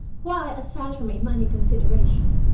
why, aside from a money consideration,